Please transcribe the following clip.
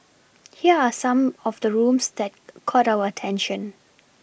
here are some of the rooms that caught our attention